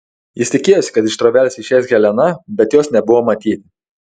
jis tikėjosi kad iš trobelės išeis helena bet jos nebuvo matyti